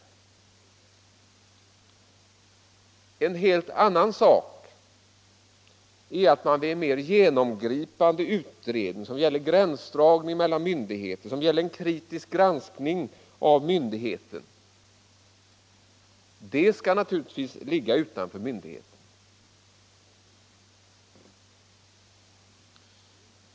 Det är en helt annan sak om det är fråga om en mer genomgripande utredning som gäller gränsdragning mellan myndigheter eller kritisk granskning av myndigheter — det skall naturligtvis ligga utanför myndigheten.